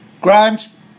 Grimes